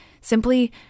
simply